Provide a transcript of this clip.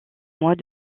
mois